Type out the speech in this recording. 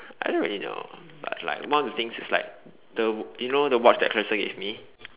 I don't really know but like one of the things is like the you know the watch that Clarissa gave me